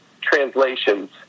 translations